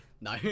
No